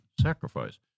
sacrifice